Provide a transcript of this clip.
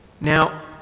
Now